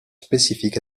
spécifique